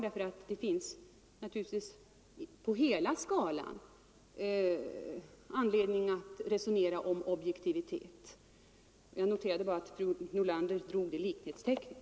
Naturligtvis finns det över hela politiska skalan anledning att resonera om objektivitet. Jag noterade bara att fru Nordlander satte ett likhetstecken.